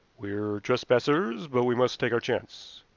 we're trespassers, but we must take our chance.